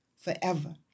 forever